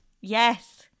Yes